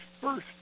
first